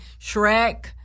Shrek